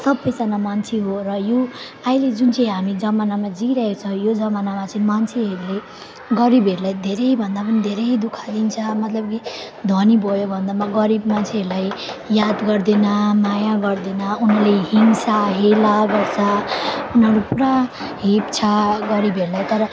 सबैजना मान्छे हो र यो अहिले जुन चाहिँ हामी जमानामा जिइरहेछ यो जमानामा चाहिँ मान्छेहरूले गरिबहरूलाई धेरैभन्दा पनि धेरै दुःख दिन्छ मतलब कि धनी भयो भन्दामा गरिब मान्छेहरूलाई याद गर्दैन माया गर्दैन उनले हिंसा हेला गर्छ उनीहरू पुरा हेप्छ गरिबहरूलाई तर